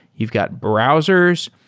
you've got browsers.